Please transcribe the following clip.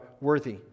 worthy